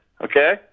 okay